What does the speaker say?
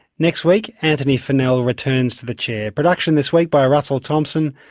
next week antony funnell returns to the chair. production this week by russell thomson.